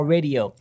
Radio